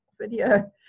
video